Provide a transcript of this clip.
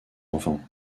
enfant